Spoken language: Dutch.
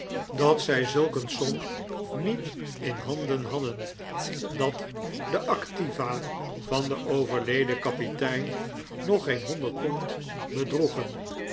dat zij zulk een som niet in handen hadden dat de activa van den overleden kapitein nog geen honderd pond bedroegen